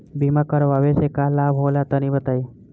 बीमा करावे से का लाभ होला तनि बताई?